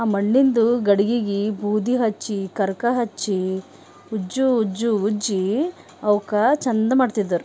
ಆ ಮಣ್ಣಿಂದು ಗಡಿಗೆಗೆ ಬೂದಿ ಹಚ್ಚಿ ಕರ್ಕ ಹಚ್ಚಿ ಉಜ್ಜು ಉಜ್ಜು ಉಜ್ಜಿ ಅವಕ್ಕ ಚೆಂದ ಮಾಡ್ತಿದ್ದರು